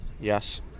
Yes